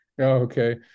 Okay